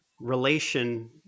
relation